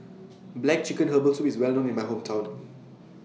Black Chicken Herbal Soup IS Well known in My Hometown